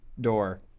door